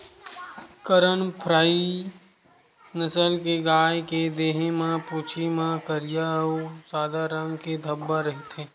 करन फ्राइ नसल के गाय के देहे म, पूछी म करिया अउ सादा रंग के धब्बा रहिथे